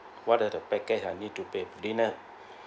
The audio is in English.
what are the package I need to pay final